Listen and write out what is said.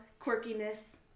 quirkiness